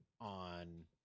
on